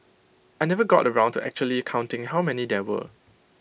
I never got around to actually counting how many there were